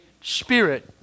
spirit